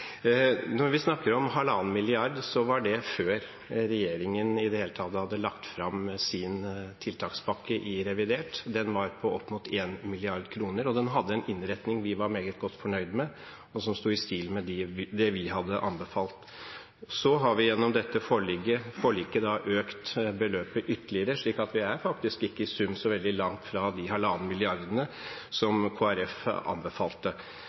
før regjeringen i det hele tatt hadde lagt fram sin tiltakspakke i revidert. Den var på opp mot 1 mrd. kr, og den hadde en innretning vi var meget godt fornøyd med, og som sto i stil med det vi hadde anbefalt. Så har vi gjennom dette forliket økt beløpet ytterligere, slik at vi faktisk i sum ikke er så veldig langt fra den halvannen milliarden som Kristelig Folkeparti anbefalte.